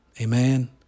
Amen